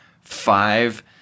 five